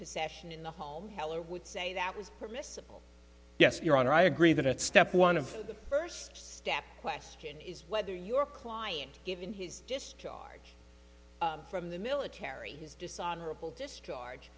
possession in the home heller would say that was permissible yes your honor i agree that at step one of the first step question is whether your client given his just charge from the military is dishonorable discharge